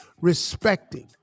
Respecting